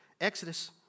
Exodus